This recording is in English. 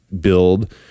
build